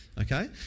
Okay